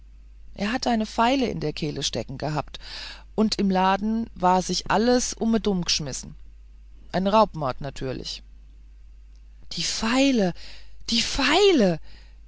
er hat eine feile in der kehle stecken gehabt und im laden war sich alles umedum geschmissen ein raubmord natierlich die feile die feile